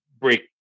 break